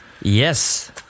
Yes